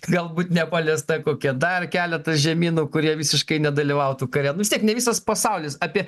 galbūt nepaliesta kokia dar keletas žemynų kurie visiškai nedalyvautų kare nu vis tiek ne visas pasaulis apie